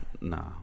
Nah